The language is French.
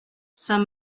saint